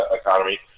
economy